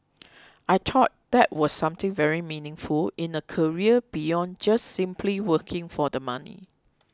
I thought that was something very meaningful in a career beyond just simply working for the money